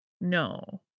No